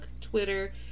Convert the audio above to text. Twitter